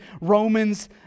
Romans